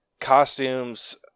costumes